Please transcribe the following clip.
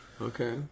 Okay